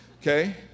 Okay